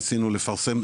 ניסינו לפרסם,